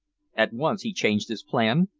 at once he changed his plan,